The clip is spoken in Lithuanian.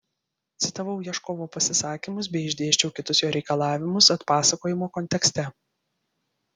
citavau ieškovo pasisakymus bei išdėsčiau kitus jo reikalavimus atpasakojimo kontekste